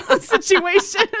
situation